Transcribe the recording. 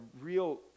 real